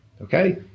Okay